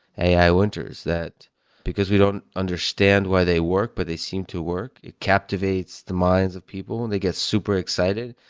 ai winters, that because we don't understand why they work but they seem to work. it captivates the minds of people and they get super excited.